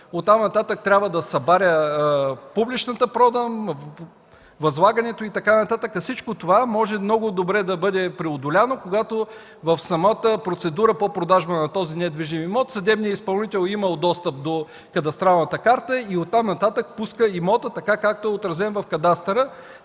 оттам-нататък трябва да събаря публичната продан, възлагането и така нататък. Всичко това може да бъде преодоляно много добре, когато в самата процедура по продажба на този недвижим имот съдебният изпълнител е имал достъп до кадастралната карта и пуска имота, както е отразен в кадастъра.